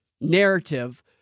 narrative